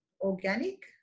organic